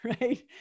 right